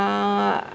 uh